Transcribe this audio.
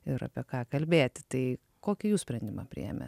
ir apie ką kalbėti tai kokį jūs sprendimą priėmę